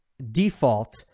Default